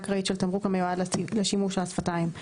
אקראית של תמרוק המיועד לשימוש על השפתיים,